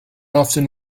often